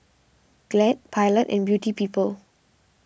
Glad Pilot and Beauty People